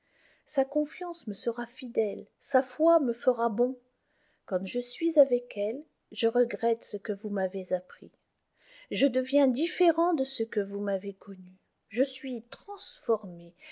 sa confiance me fera fidèle sa foi me fera bon quand je suis avec elle je regrette ce que vous m'avez appris je deviens différent de ce que vous m'avez connu je suis transformé